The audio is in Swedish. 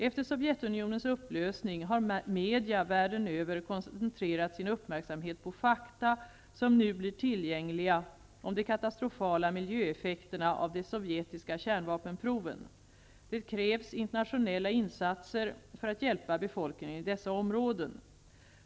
Efter Sovjetunionens upplösning har media världen över koncentrerat sin uppmärksamhet på fakta som nu blir tillgängliga om de katastrofala miljöeffekterna av de sovjetiska kärnvapenproven. Det krävs internationella insatser för att hjälpa befolkningen i dessa områden.